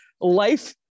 life